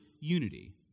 unity